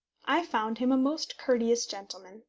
i found him a most courteous gentleman,